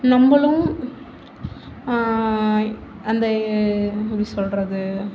நம்மளும் அந்த எப்படி சொல்வது